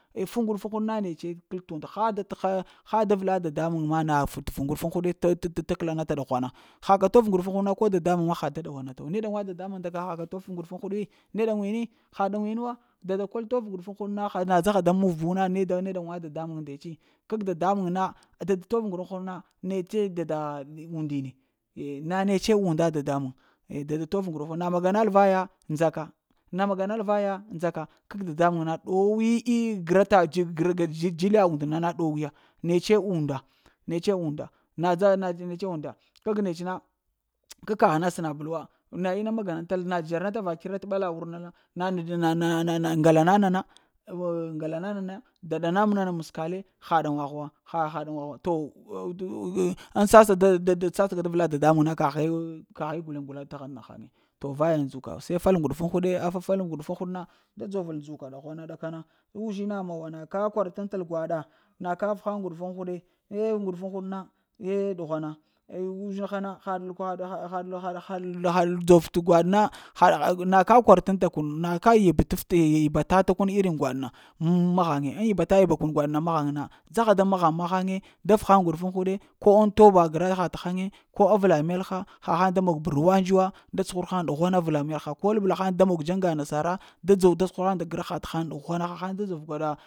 Eh fuŋ ŋguɗufuŋ huɗ na na netse kələef t’ und ha da t’ haya ha darla dadamuŋ ma na fə ŋgunɗufuŋ huɗe t’ təkəla nata ɗughwana haka tof ŋgudufuŋ huɗu na kə dada muŋ ma ha da ɗawa natu ne ɗaŋwa dadamuŋ haka tof ŋgudufuŋ huɗi, ne ɗaŋ wini ha ɗaŋwini wa dada kol tof ŋguɗufuŋ huɗu na hana da dzahr da muviu na ne ɗaŋwa dada muŋ ndetse kag dadamun na dada tof ŋguɗufuŋ haɗ na netse dada undi ni eh na netsa unda dadamuŋ, eh dada dada tof ŋguɗu fuŋ huɗ na magaɗal vaya ndzaka na magaɗal vaya ndzaka kag dadamuŋ na grəta dzila und na na dow yo netse unda netse unda na dza netse unda kag netse na ka kagh na səna bəl wa na ina maga na tal na zhera ɗata va kyər ta ɓala wurna na-t-na-na-na ŋgala na nana oh ŋgala na nana, daɗa na nana maskale, ha daŋwah wa ha ha ɗaŋwa ha wi, to ŋ sassa dada tsatsəɗa da vla dada muŋ na kaghe gula gula ta raŋ to vay a ndzuka se fal ŋguɗufuŋ huɗi, a fafal ŋguɗufuŋ huɗ na da dzovəl ndzoka ɗughwana nana gu uzhina muwa na kam ka kwara taŋ təl gwaɗa na ka fə haŋ ŋguɗufuŋ huɗe ne nguɗufuŋ huɗ na nde ɗughwana eh uzhinha na hal dzov t’ gwaɗ na haɗ-haɗ na ka kwarataŋ tal t kun na ka yəbkəft yəba tafa kun irin gwaɗ na mahghan mahaŋe ŋ yibata yibakun gwaɗ na mahaŋ na dzaha daŋ mahghaŋ mahaŋa da f ghaŋ ŋguɗufuŋ huɗe ko ŋ toba graha ta ghaŋe ko arəla melha ha haŋ da mog bərwa ndz wa, da tsuhura haŋ ɗughwana avla melha ko labla haŋ da mog dzaŋga nasara da dzow da tsuhura haŋ nda graha tahaŋ ɗughwana ha haŋ da dzor gwaɗa.